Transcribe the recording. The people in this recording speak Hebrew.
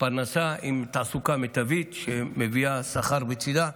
פרנסה עם תעסוקה מיטבית שמביאה שכר בצידה.